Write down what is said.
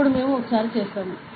ఇప్పుడు మేము ఒకసారి చేస్తాము